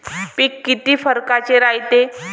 पिकं किती परकारचे रायते?